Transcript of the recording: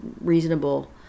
reasonable